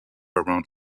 around